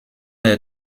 des